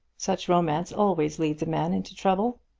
such romance always leads a man into trouble.